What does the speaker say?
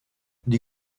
die